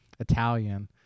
italian